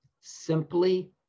simply